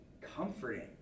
comforting